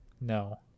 no